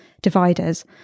dividers